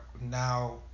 now